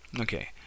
Okay